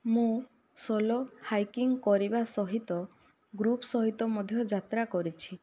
ମୁଁ solo hiking କରିବା ସହିତ ଗ୍ରୁପ୍ ସହିତ ମଧ୍ୟ ଯାତ୍ରା କରିଛି